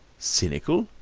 cynical!